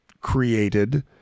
created